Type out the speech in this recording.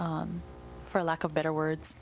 for lack of better words